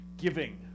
giving